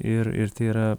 ir ir tai yra